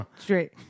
Straight